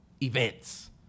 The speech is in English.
events